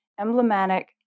emblematic